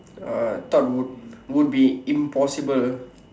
uh thought would would be impossible